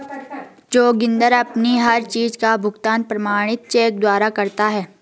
जोगिंदर अपनी हर चीज का भुगतान प्रमाणित चेक द्वारा करता है